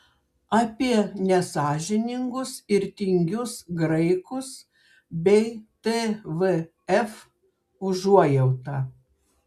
apie nesąžiningus ir tingius graikus bei tvf užuojautą